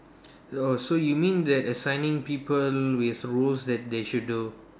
oh so you mean that assigning people with roles that they should do